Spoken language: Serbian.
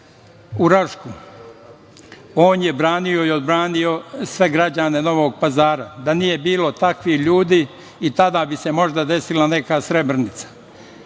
u Rašku. On je branio i odbranio sve građane Novog Pazara. Da nije bilo takvih ljudi i tada bi se možda desila neka Srebrenica. Ako